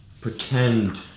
pretend